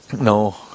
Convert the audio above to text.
No